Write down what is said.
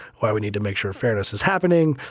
why we need to make sure fairness is happening.